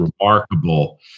remarkable